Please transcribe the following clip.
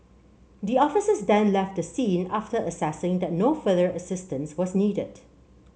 the officers then left the scene after assessing that no further assistance was needed